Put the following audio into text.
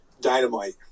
dynamite